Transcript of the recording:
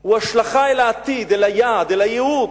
הוא השלכה אל העתיד, אל היעד, אל הייעוד,